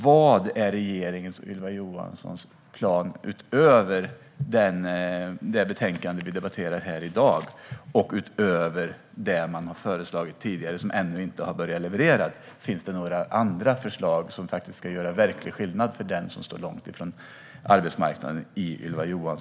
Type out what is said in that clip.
Vilken är regeringens och Ylva Johanssons plan, utöver det betänkande vi debatterar här i dag och utöver det som man tidigare har föreslagit men som ännu inte har börjat leverera? Finns det några andra förslag i Ylva Johanssons skrivbordslåda som ska göra verklig skillnad för dem som står långt ifrån arbetsmarknaden?